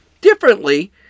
differently